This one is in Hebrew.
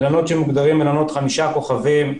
מלונות שמוגדרים מלונות חמישה כוכבים.